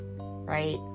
Right